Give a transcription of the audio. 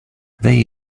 they